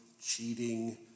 cheating